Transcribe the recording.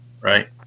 right